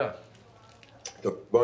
דחופים שדרשו טיפול מהיר עוד בטרם אנחנו